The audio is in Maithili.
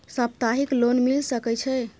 सप्ताहिक लोन मिल सके छै?